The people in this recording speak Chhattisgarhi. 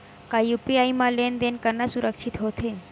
का यू.पी.आई म लेन देन करना सुरक्षित होथे?